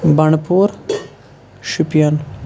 Bandipora Shopian